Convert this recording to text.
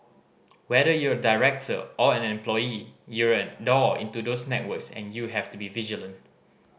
whether you're a director or an employee you're a door into those networks and you have to be vigilant